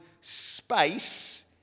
space